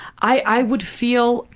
i would feel.